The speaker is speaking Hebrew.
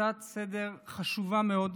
הצעה לסדר-היום חשובה מאוד.